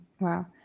wow